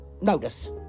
notice